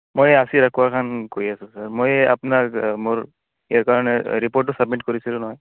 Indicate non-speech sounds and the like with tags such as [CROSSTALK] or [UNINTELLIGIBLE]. মই [UNINTELLIGIBLE] কৈ আছোঁ ছাৰ মই আপোনাৰ মোৰ ইয়াৰ কাৰণে ৰিপৰ্টটো ছাবমিট কৰিছিলোঁ নহয়